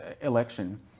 election